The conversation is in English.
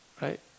right